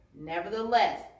Nevertheless